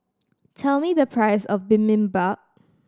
tell me the price of Bibimbap